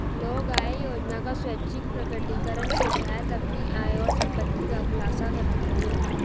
लोग आय योजना का स्वैच्छिक प्रकटीकरण के तहत अपनी आय और संपत्ति का खुलासा करते है